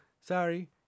sorry